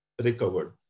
recovered